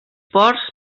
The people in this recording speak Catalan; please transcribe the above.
ports